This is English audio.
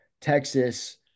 Texas